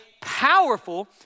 powerful